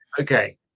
okay